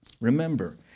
Remember